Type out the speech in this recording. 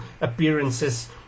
appearances